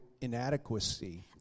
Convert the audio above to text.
inadequacy